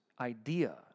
idea